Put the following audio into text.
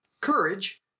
Courage